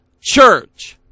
church